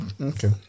Okay